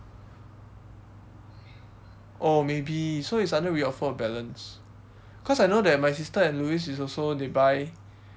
oh maybe so it's under re-offer of balance cause I know that my sister and louis is also they buy